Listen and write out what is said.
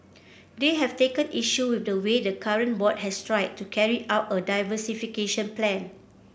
they have taken issue with the way the current board has tried to carry out a diversification plan